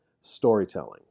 storytelling